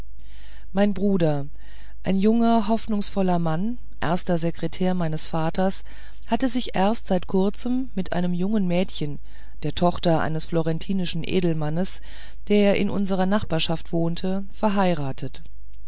mein bruder ein junger hoffnungsvoller mann erster sekretär meines vaters hatte sich erst seit kurzem mit einem jungen mädchen der tochter eines florentinischen edelmannes der in unserer nachbarschaft wohnte verheiratet